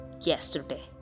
yesterday